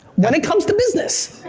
when it comes to business,